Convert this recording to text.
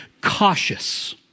cautious